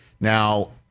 Now